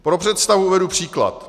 Pro představu uvedu příklad.